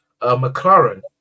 McLaren